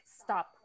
stop